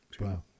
wow